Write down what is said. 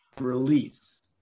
release